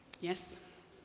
Yes